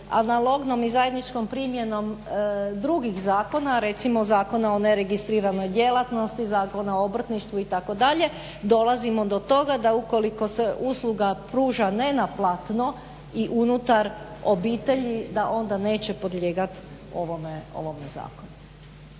analognom i zajedničkom primjenom drugih zakona, recimo Zakona o neregistriranoj djelatnosti, Zakona o obrtništvu itd., dolazimo do toga da ukoliko se usluga pruža nenaplatno i unutar obitelji da onda neće podlijegati ovome zakonu.